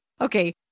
Okay